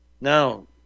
Now